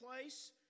place